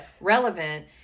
relevant